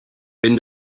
bin